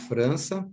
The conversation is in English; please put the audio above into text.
França